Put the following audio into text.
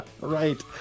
Right